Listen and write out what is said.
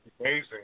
amazing